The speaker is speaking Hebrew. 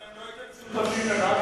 ואתם לא הייתם שותפים לרבין,